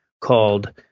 called